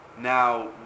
Now